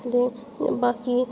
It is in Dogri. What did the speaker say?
बाकी